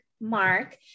mark